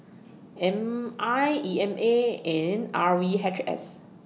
M I E M A and R V H S